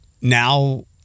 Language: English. Now